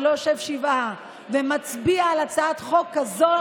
לא יושב שבעה ומצביע על הצעת חוק כזאת